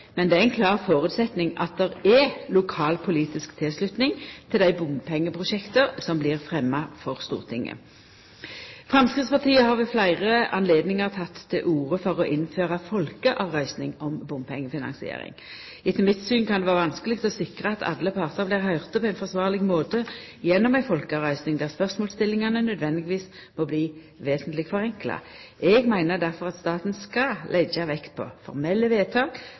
men det er ein klar føresetnad at det er lokalpolitisk tilslutning til dei bompengeprosjekta som blir fremja for Stortinget. Framstegspartiet har ved fleire anledningar teke til orde for å innføra folkeavrøsting om bompengefinansiering. Etter mitt syn kan det vera vanskeleg å sikra at alle partar blir høyrde på ein forsvarleg måte gjennom ei folkeavrøsting, der spørsmålsstillingane nødvendigvis må bli vesentleg forenkla. Eg meiner difor at staten skal leggja vekt på formelle vedtak